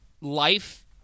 life